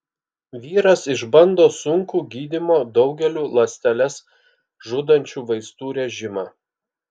vyras išbando sunkų gydymo daugeliu ląsteles žudančių vaistų režimą